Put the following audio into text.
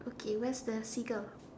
okay where's the figure